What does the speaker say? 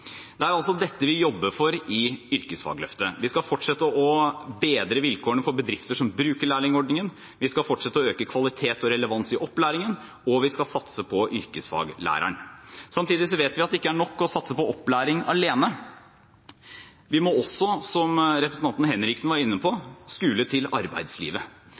Det er altså dette vi jobber for i Yrkesfagløftet. Vi skal fortsette å bedre vilkårene for bedrifter som bruker lærlingordningen, vi skal fortsette å øke kvalitet og relevans i opplæringen, og vi skal satse på yrkesfaglæreren. Samtidig vet vi at det ikke er nok å satse på opplæring alene. Vi må også, som representanten Henriksen var inne på, skule til arbeidslivet.